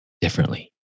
differently